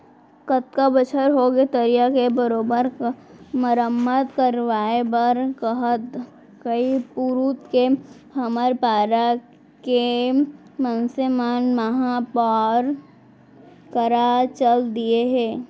कतका बछर होगे तरिया के बरोबर मरम्मत करवाय बर कहत कई पुरूत के हमर पारा के मनसे मन महापौर करा चल दिये हें